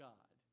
God